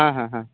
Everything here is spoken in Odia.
ହଁ ହଁ ହଁ